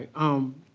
um,